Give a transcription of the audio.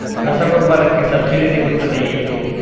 ರಸಗೊಬ್ಬರಕ್ಕೆ ಸಬ್ಸಿಡಿ ಸಿಗುತ್ತದೆಯೇ?